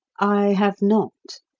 i have not.